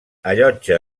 allotja